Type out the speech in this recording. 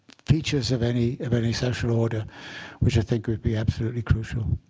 features of any of any social order which i think would be absolutely crucial.